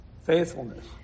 faithfulness